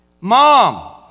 Mom